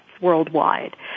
worldwide